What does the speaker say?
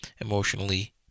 emotionally